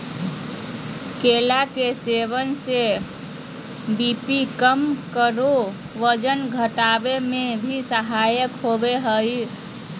केला के सेवन से बी.पी कम आरो वजन घटावे में भी सहायक होबा हइ